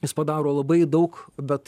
jis padaro labai daug bet